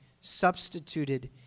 substituted